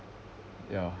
ya